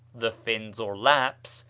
the finns or lapps,